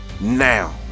Now